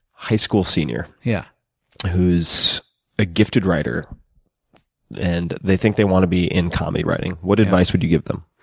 high school senior yeah who's a gifted writer and they think they want to be in comedy writing. what advice would you give them?